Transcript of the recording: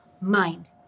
mind